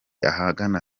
ahagana